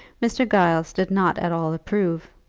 mr. giles did not at all approve,